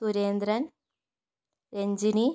Surendran Ranjini